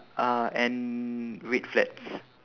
uh and red flats